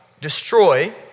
destroy